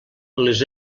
les